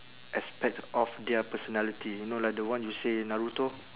aspect of their personality you know like the one you say naruto